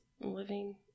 living